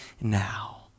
now